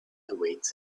awaits